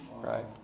Right